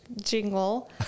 jingle